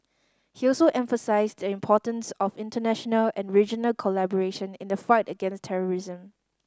he also emphasised the importance of international and regional collaboration in the fight against terrorism